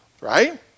Right